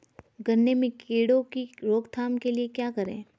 गन्ने में कीड़ों की रोक थाम के लिये क्या करें?